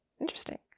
interesting